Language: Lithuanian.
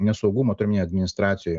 nesaugumo turiu omeny administracijoj